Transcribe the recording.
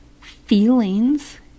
feelings